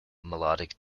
melodic